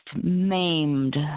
maimed